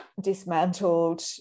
dismantled